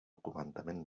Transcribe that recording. comandament